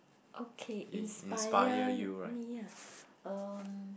okay inspire me ah um